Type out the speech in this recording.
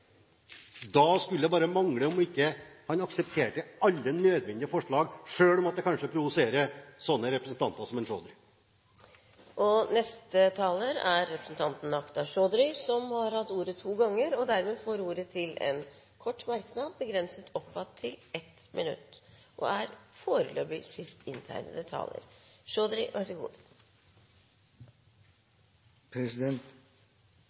Da skulle det bare mangle om han ikke aksepterte alle nødvendige forslag selv om det kanskje provoserer sånne representanter som Chaudhry. Akhtar Chaudhry har hatt ordet to ganger og får ordet til en kort merknad, begrenset til 1 minutt. La meg en gang til slå fast at menn – alle typer menn – begår voldtekt, også menn som er